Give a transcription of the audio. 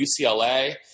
UCLA